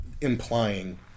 implying